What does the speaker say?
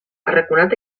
arraconat